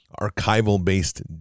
Archival-based